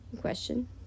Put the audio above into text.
Question